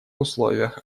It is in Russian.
условиях